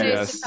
Yes